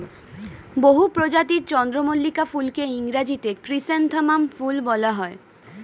বহু প্রজাতির চন্দ্রমল্লিকা ফুলকে ইংরেজিতে ক্রিস্যান্থামাম ফুল বলা হয়